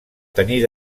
tenir